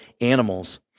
animals